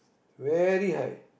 very high